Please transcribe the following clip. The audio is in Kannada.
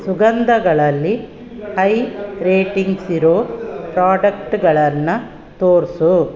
ಸುಗಂಧಗಳಲ್ಲಿ ಹೈ ರೇಟಿಂಗ್ಸಿರೋ ಪ್ರಾಡಕ್ಟುಗಳನ್ನು ತೋರಿಸು